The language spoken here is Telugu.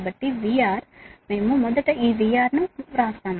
కాబట్టి VR మేము మొదట ఈ VR ను మొదట వ్రాస్తాము